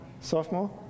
sophomore